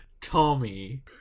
Tommy